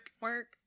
work